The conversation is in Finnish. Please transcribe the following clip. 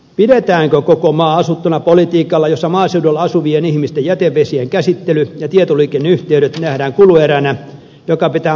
pidetäänkö koko maa asuttuna politiikalla jossa maaseudulla asuvien ihmisten jätevesien käsittely ja tietoliikenneyhteydet nähdään kulueränä joka pitää maksattaa maaseudun asukkailla